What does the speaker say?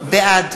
בעד